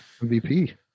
MVP